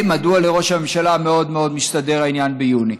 מדוע לראש הממשלה מאוד מסתדר העניין ביוני.